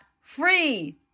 free